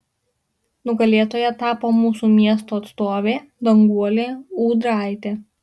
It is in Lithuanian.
nugalėtoja tapo mūsų miesto atstovė danguolė ūdraitė